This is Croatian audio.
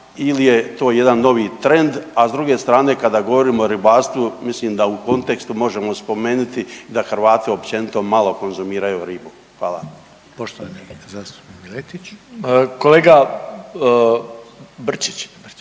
ili je to jedan novi trend. A s druge strane kada govorimo o ribarstvu mislim da u kontekstu možemo spomenuti da Hrvati općenito malo konzumiraju ribu. Hvala.